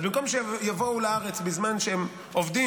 אז במקום שיבואו לארץ בזמן שהם עובדים